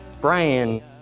Brian